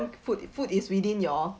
food food is within your